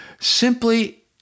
simply